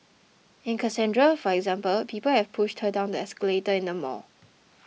and Cassandra for example people have pushed her down the escalator in the mall